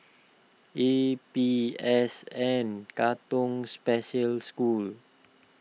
A P S N Katong Special School